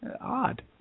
Odd